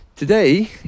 Today